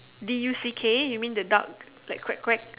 D U C k you mean the duck like quack quack